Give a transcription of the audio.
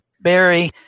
Barry